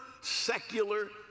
secular